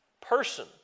person